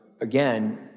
again